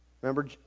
Remember